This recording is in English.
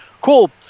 Cool